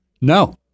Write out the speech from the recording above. No